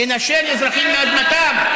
לנשל אזרחים מאדמתם,